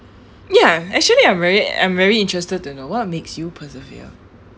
ya actually I'm very I'm very interested to know what makes you persevere